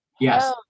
Yes